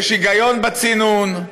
יש היגיון בצינון,